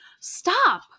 Stop